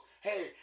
hey